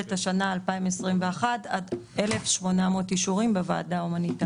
מכסה ל-1,500, וגם פחות או יותר נתן.